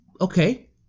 Okay